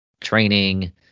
training